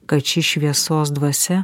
kad ši šviesos dvasia